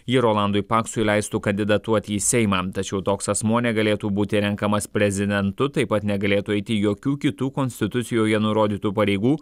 ji rolandui paksui leistų kandidatuoti į seimą tačiau toks asmuo negalėtų būti renkamas prezidentu taip pat negalėtų eiti jokių kitų konstitucijoje nurodytų pareigų